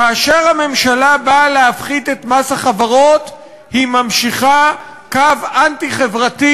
כאשר הממשלה באה להפחית את מס החברות היא ממשיכה קו אנטי-חברתי,